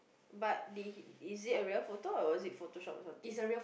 but they hey is it a real photo or was it Photoshop or something